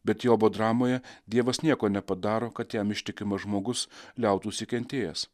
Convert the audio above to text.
bet jobo dramoje dievas nieko nepadaro kad jam ištikimas žmogus liautųsi kentėjęs